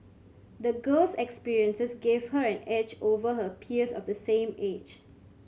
the girl's experiences gave her an edge over her peers of the same age